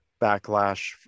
backlash